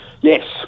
Yes